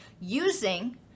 using